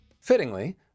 Fittingly